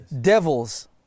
Devils